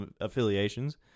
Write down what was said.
affiliations